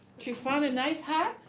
she found a nice hat,